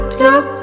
look